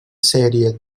sèrie